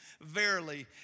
verily